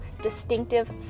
distinctive